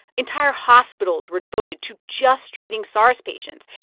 entire hospitals were devoted to just treating sars patients.